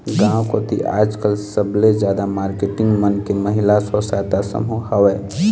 गांव कोती आजकल सबले जादा मारकेटिंग मन के महिला स्व सहायता समूह हवय